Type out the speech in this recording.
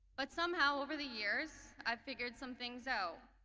but somehow over the years i figured something zo.